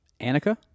Annika